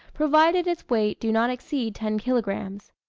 provided its weight do not exceed ten kilogrammes.